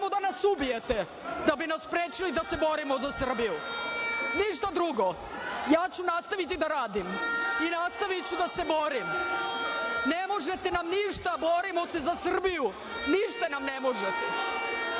da bi nas sprečili da se borimo za Srbiju, ništa drugo. Ja ću nastaviti da radim i nastaviću da se borim, ne možete nam ništa, borimo se za Srbiju, ništa nam ne